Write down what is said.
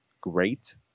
great